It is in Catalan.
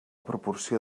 proporció